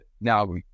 now